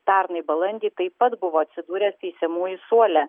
pernai balandį taip pat buvo atsidūręs teisiamųjų suole